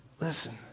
Listen